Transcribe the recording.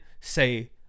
say